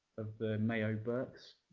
of the mayo burkes,